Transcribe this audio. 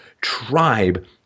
tribe